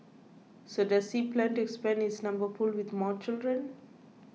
so does he plan to expand his number pool with more children